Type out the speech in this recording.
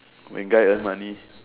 when guy earn money